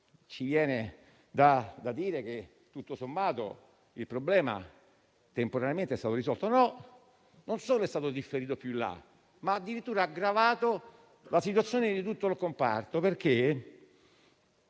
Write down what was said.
Viene da dire che, tutto sommato, il problema temporaneamente è stato risolto. No, non solo è stato differito, ma addirittura ha aggravato la situazione di tutto il comparto.